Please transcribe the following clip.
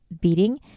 beating